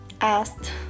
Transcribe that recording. asked